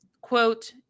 quote